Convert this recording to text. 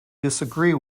disagree